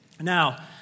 Now